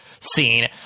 scene